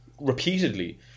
repeatedly